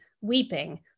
weeping